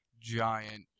giant